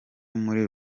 muri